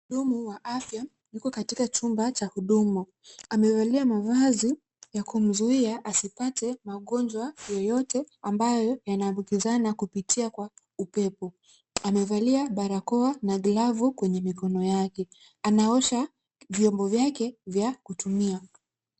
Mhudumu wa afya yuko katika chumba cha huduma, amevalia mavazi ya kumzuia asipate magonjwa yoyote ambayo yanaambukizana kupitia kwa upepo, amevalia barakoa na glavu kwenye mikono yake, anaosha vyombo vyake vya kutumia.